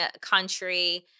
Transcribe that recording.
Country